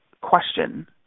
question